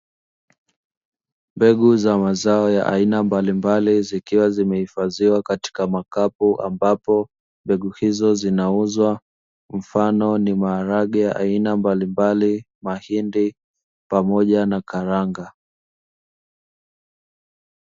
Mbegu za mazao za aina mbalimbali zikiwa zimehifadhiwa katika makapu, ambapo mbegu hizo zinauzwa mfano ni maharage aina mbalimbali, mahindi pamoja na karanga.